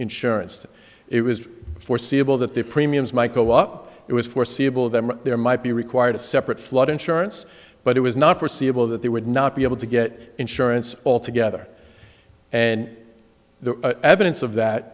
insurance that it was foreseeable that their premiums my co op it was foreseeable them there might be required a separate flood insurance but it was not foreseeable that they would not be able to get insurance all together and the evidence of that